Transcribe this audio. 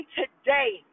today